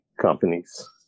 companies